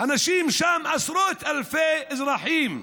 אנשים שם, עשרות אלפי אזרחים,